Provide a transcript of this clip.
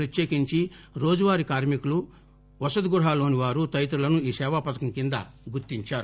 ప్రత్యేకించి రోజువారీ కార్మికులు వసతిగృహాల్లోని వారు తదితరులను ఈ సేవాపథకం కింద గుర్తించారు